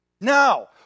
Now